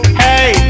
hey